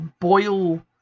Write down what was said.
boil